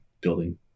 building